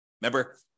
Remember